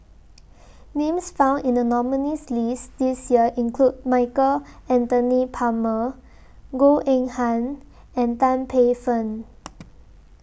Names found in The nominees' list This Year include Michael Anthony Palmer Goh Eng Han and Tan Paey Fern